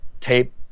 tape